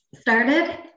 started